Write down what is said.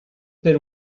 per